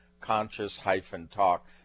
Conscious-Talk